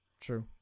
True